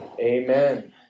amen